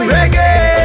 Reggae